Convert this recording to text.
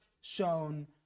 shown